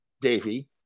Davey